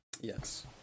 Yes